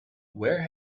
where